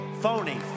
Phony